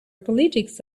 politics